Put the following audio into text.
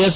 S